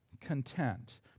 Content